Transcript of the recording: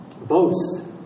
Boast